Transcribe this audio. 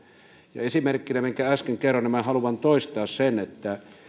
esimerkkinä minkä äsken kerroin ja minkä haluan toistaa